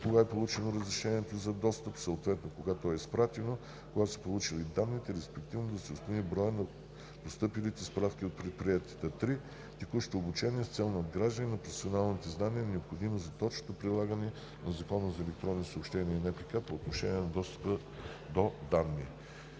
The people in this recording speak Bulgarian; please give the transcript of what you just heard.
кога е получено разрешението за достъп до данни, съответно кога то е изпратено до предприятието, кога са получени данните, респективно да се установи броят на постъпилите справки от предприятията. 3. Текущо обучение с цел надграждане на професионални знания, необходими за точното прилагане на Закона за електронни съобщения и НПК по отношение на достъпа до данни.